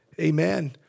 amen